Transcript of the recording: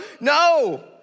no